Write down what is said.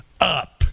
up